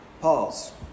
Pause